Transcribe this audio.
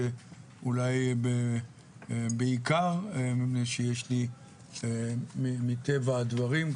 אולי בעיקר מפני שיש לי מטבע הדברים,